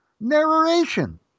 narration